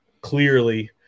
clearly –